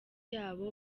yabo